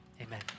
amen